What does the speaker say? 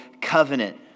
covenant